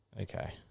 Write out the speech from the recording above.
Okay